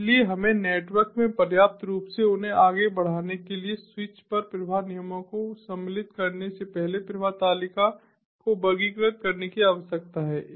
इसलिए हमें नेटवर्क में पर्याप्त रूप से उन्हें आगे बढ़ाने के लिए स्विच पर प्रवाह नियमों को सम्मिलित करने से पहले प्रवाह को वर्गीकृत करने की आवश्यकता है